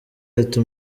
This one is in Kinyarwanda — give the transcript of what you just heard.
ati